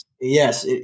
Yes